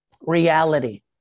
reality